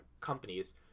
companies